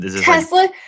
Tesla